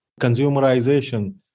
consumerization